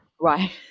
Right